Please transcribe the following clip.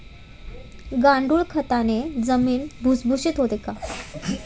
गांडूळ खताने जमीन भुसभुशीत होते का?